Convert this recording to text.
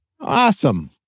Awesome